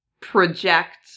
project